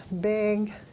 big